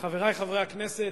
חברי חברי הכנסת,